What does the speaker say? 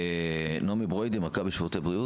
בבקשה.